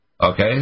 Okay